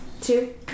Two